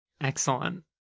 Excellent